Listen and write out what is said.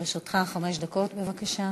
לרשותך חמש דקות, בבקשה.